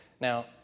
Now